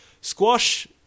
Squash